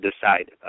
decide